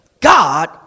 God